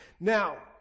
Now